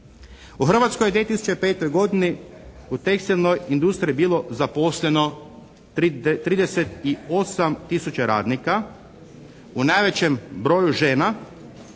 U Hrvatskoj je u 2005. godini u tekstilnoj industriji bilo zaposleno 38 tisuća radnika. U najvećem broju žena